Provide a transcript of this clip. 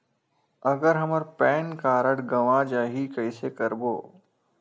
अगर हमर PAN card गवां जाही कइसे करबो?